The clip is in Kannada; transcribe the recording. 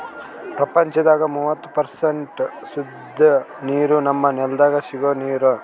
ಪ್ರಪಂಚದಾಗ್ ಮೂವತ್ತು ಪರ್ಸೆಂಟ್ ಸುದ್ದ ನೀರ್ ನಮ್ಮ್ ನೆಲ್ದಾಗ ಸಿಗೋ ನೀರ್